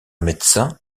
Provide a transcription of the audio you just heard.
médecin